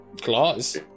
Claws